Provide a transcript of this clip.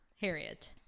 Harriet